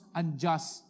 unjust